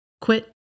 quit